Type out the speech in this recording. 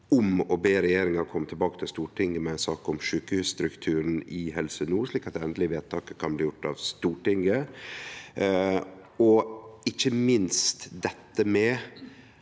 om å be regjeringa kome tilbake til Stortinget med ei sak om sjukehusstrukturen i Helse nord, slik at det endelege vedtaket kan bli gjort av Stortinget. Ikkje minst støttar